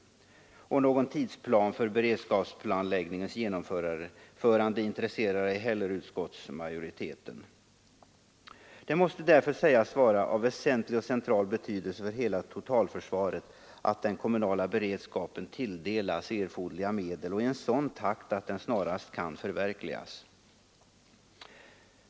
Någon tidsplan för beredskapsplanläggningens genomförande intresserar inte heller utskottsmajoriteten. Det måste därför sägas vara av väsentlig och central betydelse för hela totalförsvaret att den kommunala beredskapen tilldelas erforderliga medel, och det i sådan takt att den snarast kan förverkligas.